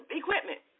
equipment